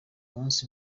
munsi